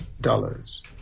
dollars